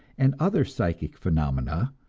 and other psychic phenomena,